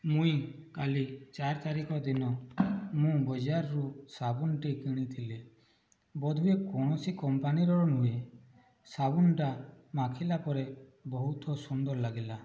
ମୁଁ କାଲି ଚାରି ତାରିଖ ଦିନ ମୁଁ ବଜାରରୁ ସାବୁନଟି କିଣିଥିଲି ବୋଧହୁଏ କୌଣସି କମ୍ପାନୀର ନୁହେଁ ସାବୁନଟା ମାଖିଲା ପରେ ବହୁତ ସୁନ୍ଦର ଲାଗିଲା